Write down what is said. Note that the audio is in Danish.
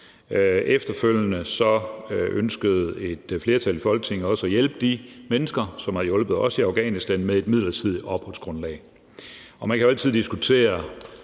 Efterfølgende ønskede et flertal i Folketinget også at hjælpe de mennesker, som har hjulpet os i Afghanistan, med et midlertidigt opholdsgrundlag. Man kan jo altid diskutere